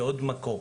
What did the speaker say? זה עוד מקור,